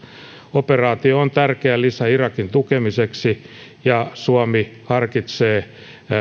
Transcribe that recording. operaatio on tärkeä lisä irakin tukemiseksi ja suomi harkitsee